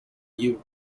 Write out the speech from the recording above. you